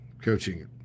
coaching